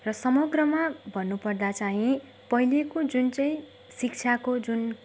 र समग्रमा भन्नु पर्दा चाहिँ पहिलेको जुन चाहिँ शिक्षाको जुन